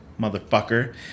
Motherfucker